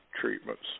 treatments